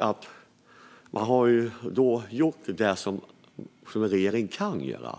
har gjort det regeringen kan göra.